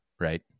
right